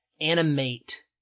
animate